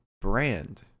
brand